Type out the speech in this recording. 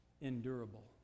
endurable